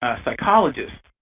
psychologist